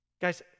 Guys